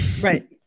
right